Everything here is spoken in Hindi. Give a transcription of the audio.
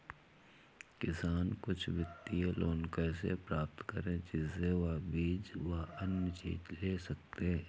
किसान कुछ वित्तीय लोन कैसे प्राप्त करें जिससे वह बीज व अन्य चीज ले सके?